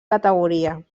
categoria